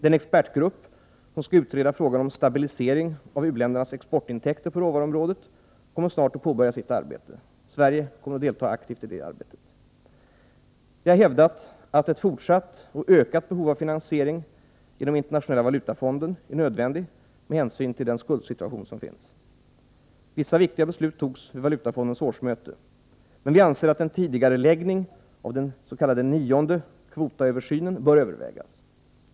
Den expertgrupp som skall utreda frågan om stabilisering av u-ländernas exportintäkter på råvaruområdet kommer snart att påbörja sitt arbete. Sverige kommer att delta aktivt i det arbetet. Vi har hävdat att en fortsatt och ökad finansiering genom Internationella valutafonden är nödvändig med hänsyn till den skuldsituation som finns. Vissa viktiga beslut togs vid Valutafondens årsmöte. Men vi anser att en tidigareläggning av den s.k. nionde kvotaöversynen bör övervägas.